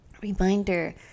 Reminder